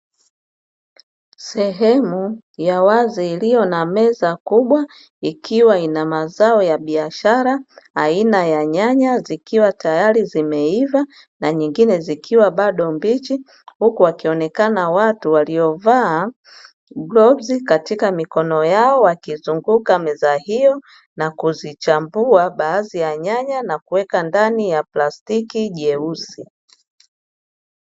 Sehemu ya wazo iliyo na meza kubwa ikiwa ina mazao ya biashara, aina ya nyanya zikiwa tayari zimeiva na nyingine zikiwa bado mbichi huku wakionekana watu waliovaa glovu katika mikono yao wakizunguka meza hiyo, na kuzichambua baadhi ya nyanya na kuweka ndani ya plastiki jeusi.